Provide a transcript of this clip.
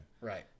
Right